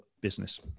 business